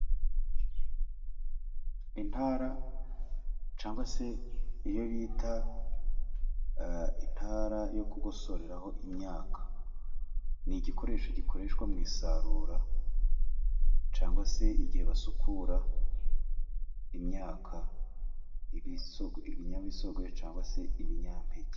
Intara, cyangwa se iyo bita intara yo kugosoreraho imyaka. Ni igikoresho gikoreshwa mu isarura, cyangwa se igihe basukura imyaka, ibinyamisogwe cyangwa se ibinyampeke.